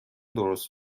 درست